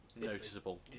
noticeable